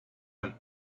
him